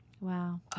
Wow